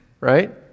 Right